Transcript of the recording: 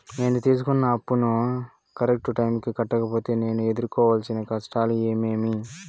నేను తీసుకున్న అప్పును కరెక్టు టైముకి కట్టకపోతే నేను ఎదురుకోవాల్సిన కష్టాలు ఏమీమి?